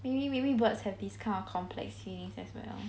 maybe maybe birds have these kind of complex feelings as well